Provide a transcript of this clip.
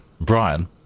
Brian